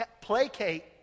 placate